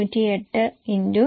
108 X 120